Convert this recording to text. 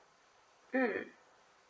mm